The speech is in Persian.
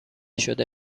شده